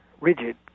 rigid